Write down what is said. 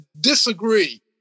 disagree